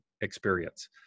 experience